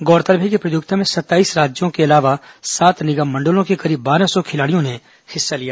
गौरतलब है कि प्रतियोगिता में सत्ताईस राज्यों के अलावा सात निगम मंडलों के करीब बारह सौ खिलाड़ियों ने हिस्सा लिया